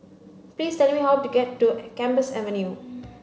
please tell me how to get to Gambas Avenue